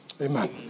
amen